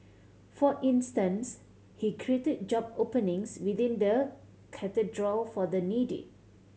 for instance he created job openings within the Cathedral for the needy